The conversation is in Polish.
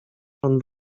pan